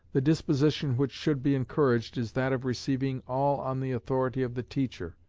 the disposition which should be encouraged is that of receiving all on the authority of the teacher.